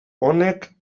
honek